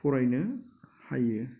फरायनो हायो